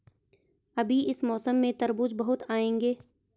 अभी इस मौसम में तरबूज बहुत आएंगे